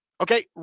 Okay